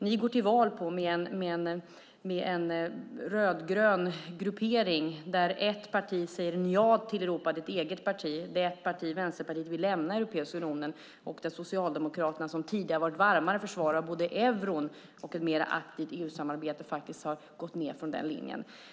Ni går till val med en rödgrön gruppering där ett parti säger nja till Europa, ditt eget parti, där ett parti, Vänsterpartiet, vill lämna Europeiska unionen och där Socialdemokraterna som tidigare har varit varma försvarare av både euron och ett mer aktivt EU-samarbete faktiskt har gått ned från den linjen.